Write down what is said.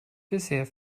bisher